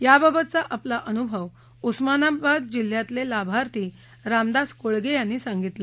याबाबतचा आपला अनुभव उस्मानाबाद जिल्ह्यातले लाभार्थी रामदास कोळगे यांनी सांगितला